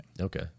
Okay